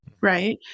right